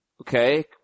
Okay